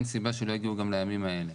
אין סיבה שלא יגיעו גם לימים האלה.